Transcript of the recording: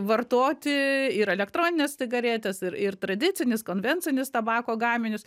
vartoti ir elektronines cigaretes ir ir tradicinius konvencinius tabako gaminius